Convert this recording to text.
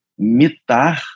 mitar